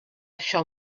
shall